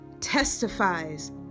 testifies